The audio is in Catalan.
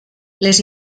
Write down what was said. les